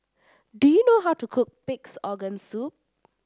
do you know how to cook Pig's Organ Soup